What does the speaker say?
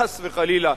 חס וחלילה,